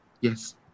yes